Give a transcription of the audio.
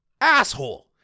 asshole